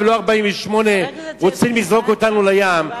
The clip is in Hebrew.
לא גבולות 67' ולא גבולות 48'. רוצים לזרוק אותנו לים,